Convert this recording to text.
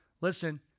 Listen